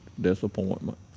disappointment